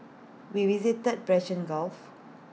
we visited the Persian gulf